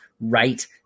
right